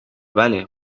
بله